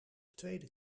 tweede